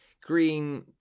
green